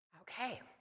Okay